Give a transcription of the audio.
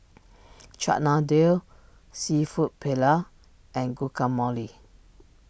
Chana Dal Seafood Paella and Guacamole